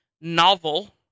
novel